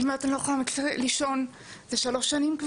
אני כמעט לא יכולה לישון כבר שלוש שנים.